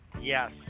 yes